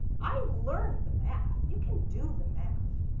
i learned the math. you can do the math.